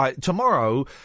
Tomorrow